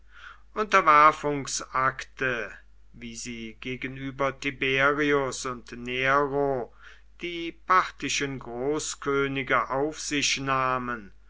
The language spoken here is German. hat unterwerfungsakte wie sie gegenüber tiberius und nero die parthischen großkönige auf sich nahmen